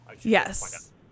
Yes